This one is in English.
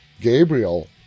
Gabriel